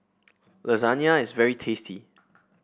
lasagna is very tasty